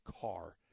car